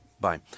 Bye